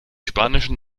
spanischen